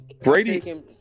Brady